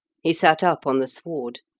he sat up on the sward.